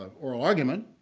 oral argument,